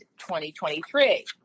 2023